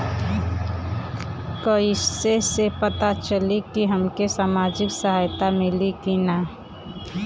कइसे से पता चली की हमके सामाजिक सहायता मिली की ना?